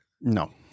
No